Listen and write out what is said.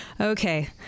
Okay